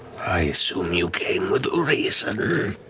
i assume you came with a reason.